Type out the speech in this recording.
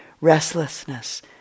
restlessness